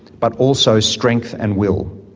but also strength and will.